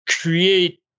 create